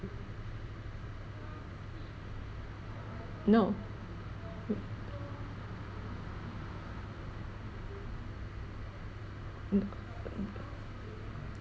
no